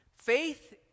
Faith